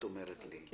זה